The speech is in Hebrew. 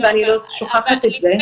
ואני לא שוכחת את זה,